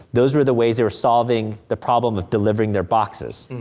those were the ways they were solving the problem of delivering their boxes.